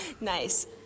Nice